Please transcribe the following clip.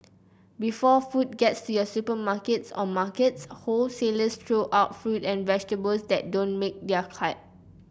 before food gets to your supermarkets or markets wholesalers throw out fruit and vegetables that don't make their cut